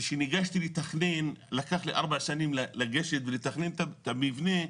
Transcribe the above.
וכשניגשתי לתכנן לקח לי ארבע שנים לגשת ולתכנן את המבנה,